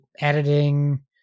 editing